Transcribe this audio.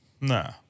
No